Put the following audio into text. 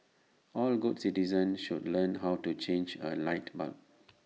all good citizens should learn how to change A light bulb